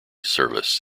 service